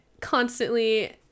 constantly